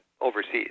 overseas